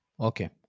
Okay